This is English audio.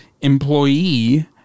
employee